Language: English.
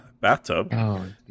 bathtub